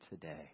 today